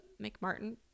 McMartin